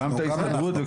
גם ההסתדרות בבקשה.